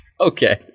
Okay